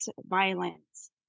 violence